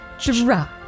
Drop